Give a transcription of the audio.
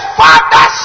father